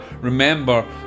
Remember